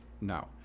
No